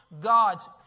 God's